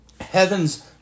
Heaven's